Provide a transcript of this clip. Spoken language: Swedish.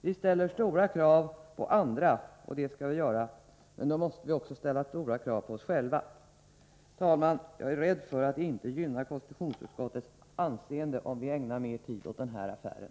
Vi ställer stora krav på andra — och det skall vi göra — men då måste vi också ställa stora krav på oss själva. Jag är rädd för att det inte gynnar konstitutionsutskottets anseende, om vi ägnar mer tid åt den här affären.